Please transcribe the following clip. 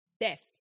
death